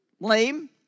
lame